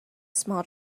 small